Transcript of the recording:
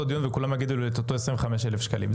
דיון וכולם יגידו לי את אותו 25,000 שקלים.